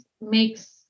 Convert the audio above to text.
makes